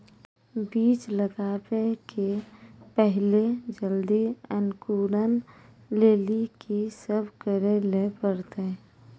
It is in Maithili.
बीज लगावे के पहिले जल्दी अंकुरण लेली की सब करे ले परतै?